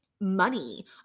money